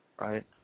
right